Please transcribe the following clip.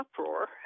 uproar